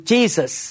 Jesus